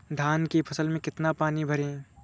धान की फसल में कितना पानी भरें?